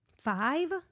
five